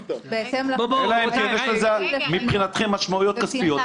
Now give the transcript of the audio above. אלא אם כן יש לזה מבחינתכם משמעויות כספיות,